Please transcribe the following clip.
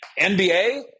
NBA